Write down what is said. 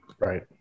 Right